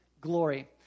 glory